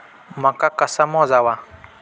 मका कसा मोजावा?